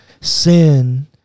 sin